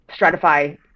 stratify